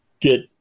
get